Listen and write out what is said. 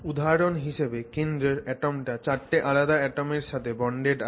উদাহরণ হিসেবে কেন্দ্রর অ্যাটমটা চারটে আলাদা অ্যাটমের সাথে বন্ডেড আছে